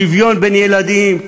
שוויון בין ילדים.